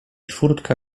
furtka